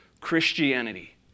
Christianity